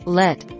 let